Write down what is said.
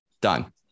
done